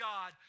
God